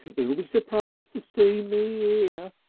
he'll be surprised to see me ere!